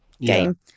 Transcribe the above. game